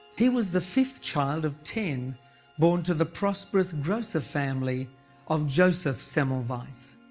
he was the fifth child of ten born to the prosperous grocer family of joseph semmelweis. so